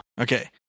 Okay